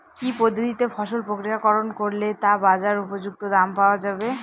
কি পদ্ধতিতে ফসল প্রক্রিয়াকরণ করলে তা বাজার উপযুক্ত দাম পাওয়া যাবে?